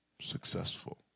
successful